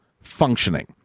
functioning